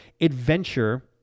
adventure